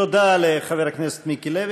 תודה לחבר הכנסת מיקי לוי.